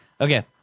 Okay